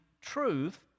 truth